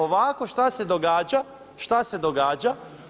Ovako šta se događa, šta se događa?